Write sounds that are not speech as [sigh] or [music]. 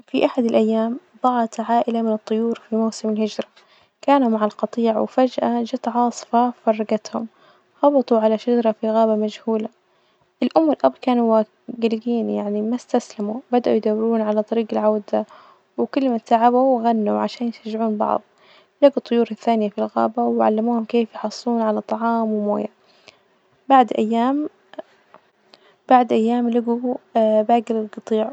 في أحد الأيام ضاعت عائلة من الطيور في موسم الهجرة، كان مع القطيع وفجأة جات عاصفة فرجتهم، هبطوا على شجرة في غابة مجهولة، الأم والأب كانوا وا- جلجين يعني ما إستسلموا، بدأوا يدورون على طريج العودة، وكل من تعبوا غنوا عشان يشجعون بعض، لجوا الطيور الثانية في الغابة وعلموهم كيف يحصلون على طعام وموية، بعد أيام- بعد أيام لجوا [hesitation] باجي الجطيع.